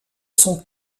son